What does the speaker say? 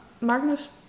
Magnus